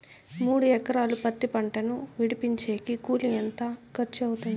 మూడు ఎకరాలు పత్తి పంటను విడిపించేకి కూలి ఎంత ఖర్చు అవుతుంది?